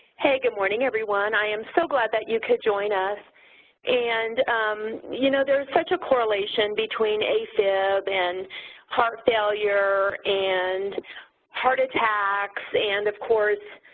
hey, good morning, everyone. i am so glad that you could join us and you know, there's such a correlation between afib and heart failure, and heart attacks and of course,